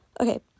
Okay